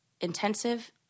intensive